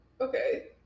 okay